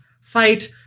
fight